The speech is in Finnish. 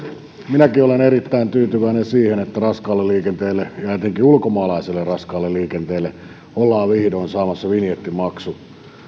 minäkin olen erittäin tyytyväinen siihen että raskaalle liikenteelle ja etenkin ulkomaalaiselle raskaalle liikenteelle ollaan vihdoin saamassa vinjettimaksu